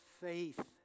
faith